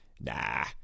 nah